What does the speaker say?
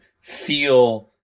feel